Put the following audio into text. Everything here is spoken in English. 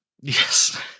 Yes